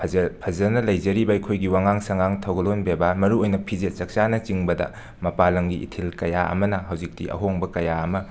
ꯐꯖ ꯐꯖꯅ ꯂꯩꯖꯔꯤꯕ ꯑꯩꯈꯣꯏꯒꯤ ꯋꯥꯉꯥꯡ ꯁꯉꯥꯡ ꯊꯧꯒꯜꯂꯣꯟ ꯕꯦꯕꯥꯔ ꯃꯔꯨꯑꯣꯏꯅ ꯐꯤꯖꯦꯠ ꯆꯥꯛꯆꯥꯅꯆꯤꯡꯕꯗ ꯃꯄꯥꯟ ꯂꯝꯒꯤ ꯏꯊꯤꯜ ꯀꯌꯥ ꯑꯃꯅ ꯍꯧꯖꯤꯛꯇꯤ ꯑꯍꯣꯡꯕ ꯀꯌꯥ ꯑꯃ